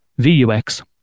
VUX